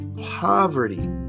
poverty